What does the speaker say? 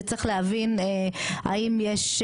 וצריך להבין האם יש,